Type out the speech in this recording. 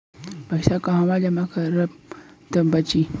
पैसा कहवा जमा करब त बची?